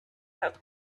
had